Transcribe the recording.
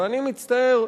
ואני מצטער,